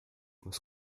was